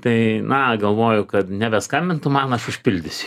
tai na galvoju kad nebeskambintų man aš užpildysiu